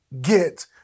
get